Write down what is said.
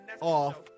off